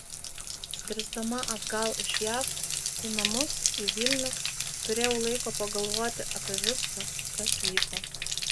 skrisdama atgal iš jav į namus į vilnių turėjau laiko pagalvoti apie viską kas vyko